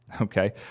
okay